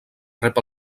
rep